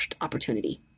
opportunity